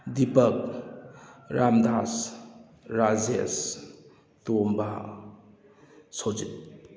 Deepak Ramdas Rajesh Tomba ꯁꯣꯖꯤꯠ